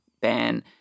ban